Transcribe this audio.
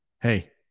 hey